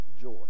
joy